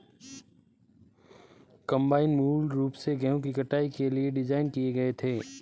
combine मूल रूप से गेहूं की कटाई के लिए डिज़ाइन किए गए थे